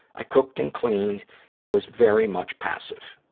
i cooked and cleaned and was very much passive.